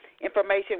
information